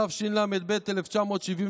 התשל"ב 1971,